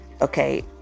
Okay